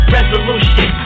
Resolution